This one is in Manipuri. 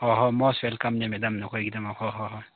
ꯍꯣ ꯍꯣ ꯃꯣꯁ ꯋꯦꯜꯀꯝꯅꯦ ꯃꯦꯗꯥꯝ ꯑꯩꯈꯣꯏꯒꯤꯗꯃꯛ ꯍꯣꯏ ꯍꯣꯏ ꯍꯣꯏ